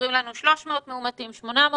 אומרים לנו: 300 מאומתים, 800 מאומתים,